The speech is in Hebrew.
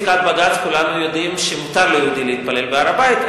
כולנו יודעים שלפי פסיקת בג"ץ מותר ליהודי להתפלל בהר-הבית,